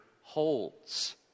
holds